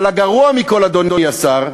אבל הגרוע מכול, אדוני השר,